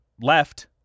left